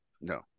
No